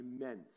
immense